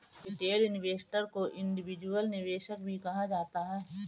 retail investor को individual निवेशक भी कहा जाता है